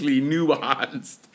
nuanced